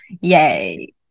Yay